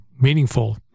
meaningful